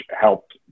helped